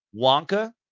Wonka